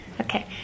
okay